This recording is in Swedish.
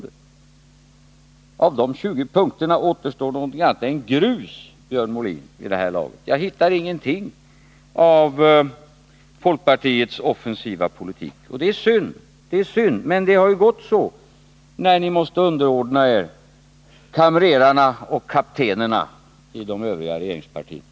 Återstår av de 20 punkterna något annat än grus vid det här laget? Jag hittar ingenting av folkpartiets offensiva politik. Det är synd, men det har ju gått så när ni måste underordna er kamrerarna och kaptenerna i de övriga regeringspartierna.